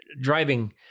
driving